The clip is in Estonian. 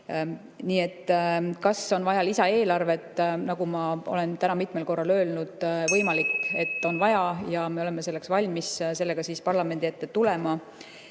Kas on vaja lisaeelarvet? Nagu ma olen täna mitmel korral öelnud, võimalik, et on vaja, ja me oleme selleks valmis, sellega parlamendi ette tulema.